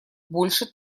больше